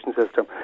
system